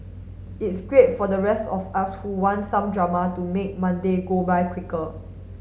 it's great for the rest of us who want some drama to make Monday go by quicker